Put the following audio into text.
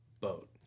boat